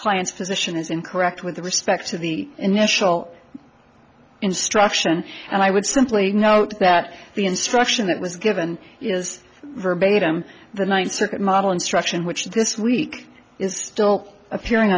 client's position is incorrect with respect to the initial instruction and i would simply note that the instruction that was given is verbatim the ninth circuit model instruction which this week is still